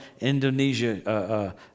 Indonesia